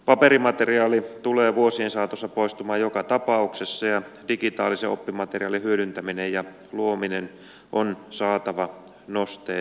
paperimateriaali tulee vuosien saatossa poistumaan joka tapauksessa ja digitaalisen oppimateriaalin hyödyntäminen ja luominen on saatava nosteeseen